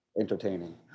entertaining